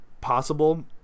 possible